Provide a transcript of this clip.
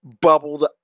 bubbled